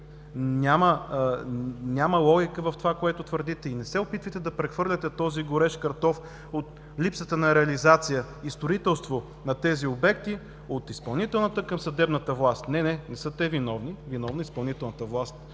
Няма логика в това, което твърдите и не се опитвайте да прехвърляте този горещ картоф от липсата на реализация и строителство на тези обекти от изпълнителната към съдебната власт. Не, не! Не са те виновни, виновна е изпълнителната власт.